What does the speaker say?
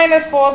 67 3